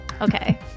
Okay